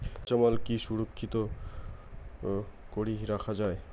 কাঁচামাল কি সংরক্ষিত করি রাখা যায়?